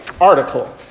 article